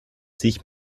sich